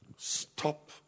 Stop